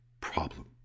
problem